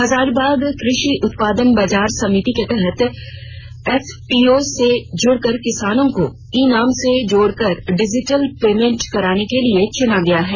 हजारीबाग कृषि उत्पादन बाजार समिति के तहत एफपीओ से जुड़कर किसानों को ई नाम से जोड़कर डिजिटल पेमेंट कराने के लिये चुना गया है